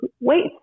wait